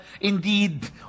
indeed